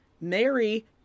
mary